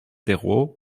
terreaux